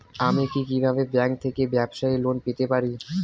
আমি কি কিভাবে ব্যাংক থেকে ব্যবসায়ী লোন পেতে পারি?